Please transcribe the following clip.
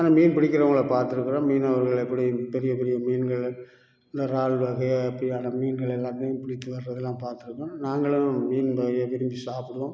ஆனால் மீன் பிடிக்கிறவங்கள பார்த்துருக்குறோம் மீனவர்கள் எப்படி பெரிய பெரிய மீன்களை இந்த இறால் வகையை இப்படியான மீன்கள் எல்லாம் பிடித்து வர்றதுலாம் பார்த்துருக்குறோம் நாங்களும் மீன விரும்பி சாப்புடுவோம்